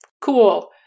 Cool